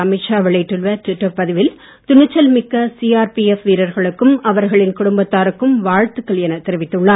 அமித் ஷா வெளியிட்டுள்ள டுவிட்டர் பதிவில் துணிச்சல் மிக்க சிஆர்பிஎப் வீரர்களுக்கும் அவர்களின் குடும்பத்தாருக்கும் வாழ்த்துகள் என தெரிவித்துள்ளார்